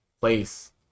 place